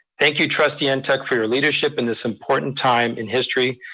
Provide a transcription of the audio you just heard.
thank you trustee and ntuk for your leadership in this important time in history,